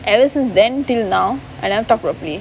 ever since then till now and I never talk properly